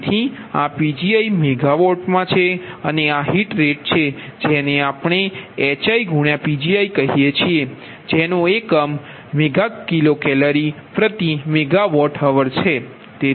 તેથી આ Pgi છે અને આ હીટ રેટ છે જેને આપણે HiPgi કહીએ છીએ જે MkCal MWhr છે